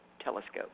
telescope